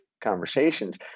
conversations